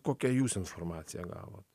kokią jūs informaciją gavot